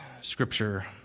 Scripture